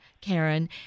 Karen